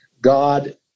God